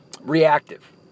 reactive